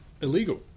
illegal